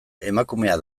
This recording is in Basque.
emakumea